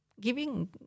giving